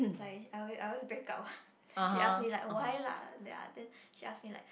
like I always I always break up what she asks me like why lah then then she asks me like